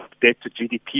debt-to-GDP